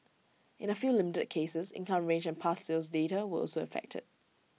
in A few limited cases income range and past sales data were also affected